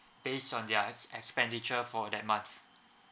based on their ex~ expenditure for that month